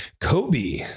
Kobe